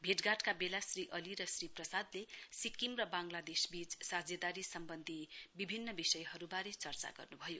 भेटघाटका वेला श्री अली र श्री प्रसादले सिक्किम र बांगलादेशबीच साझेदारी सम्वन्धी विभिन्न विषयहरूबारे चर्चा गर्न्भयो